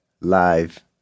live